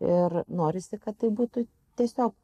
ir norisi kad tai būtų tiesiog